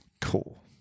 Cool